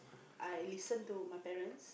I listen to my parents